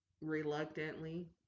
Reluctantly